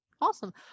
Awesome